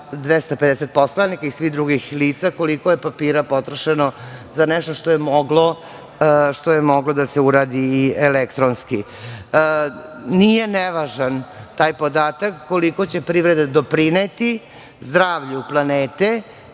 250 poslanika i svih drugih lica, koliko je papira potrošeno za nešto što je moglo da se uradi i elektronski. Nije nevažan taj podatak koliko će privreda doprineti zdravlju planete,